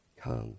come